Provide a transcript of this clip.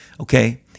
Okay